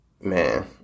Man